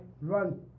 run